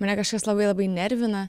mane kažkas labai labai nervina